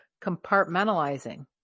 compartmentalizing